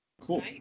Cool